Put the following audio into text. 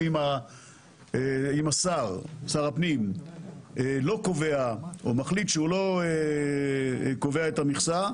אם שר הפנים לא קובע או מחליט שהוא לא קובע את המכסה,